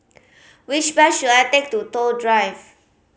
which bus should I take to Toh Drive